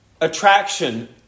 attraction